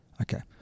Okay